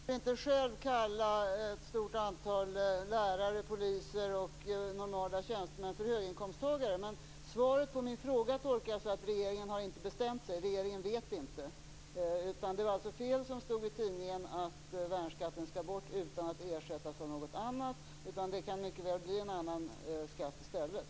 Herr talman! Jag skulle inte själv kalla ett stort antal lärare, poliser och normala tjänstemän för höginkomsttagare. Men svaret på min fråga tolkar jag så att regeringen inte har bestämt sig och inte vet. Det som stod i tidningen var alltså fel, dvs. att värnskatten skulle bort utan att ersättas av någonting annat, och det kan mycket väl bli en annan skatt i stället.